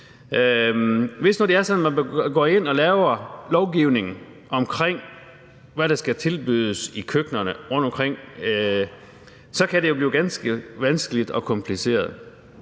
at man går ind og laver lovgivning om, hvad der skal tilbydes i køkkenerne rundtomkring, så kan det jo blive ganske vanskeligt og kompliceret.